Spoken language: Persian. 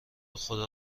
خدا